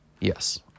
Yes